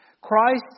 Christ